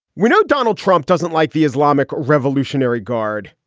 we know donald trump doesn't like the islamic revolutionary guard.